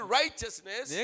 righteousness